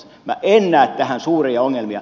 minä en näe tässä suuria ongelmia